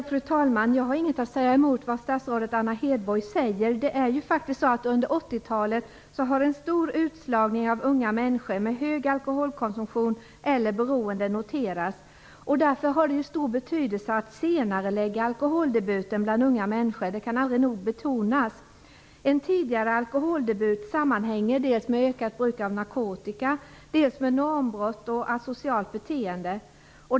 Fru talman! Jag har ingenting att säga emot det statsrådet Hedborg säger. Under 80-talet har en stor utslagning av unga människor med stor alkoholkonsumtion eller beroende noterats. Därför är det av stor betydelse att senarelägga alkoholdebuten bland unga människor. Det kan aldrig nog betonas. En tidig alkoholdebut sammanhänger dels med ökat bruk av narkotika, dels med normbrott och asocialt beteende.